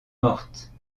morte